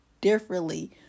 differently